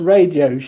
Radio